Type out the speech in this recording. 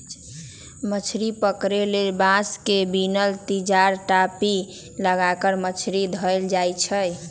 मछरी पकरे लेल बांस से बिनल तिजार, टापि, लगा क मछरी धयले जाइ छइ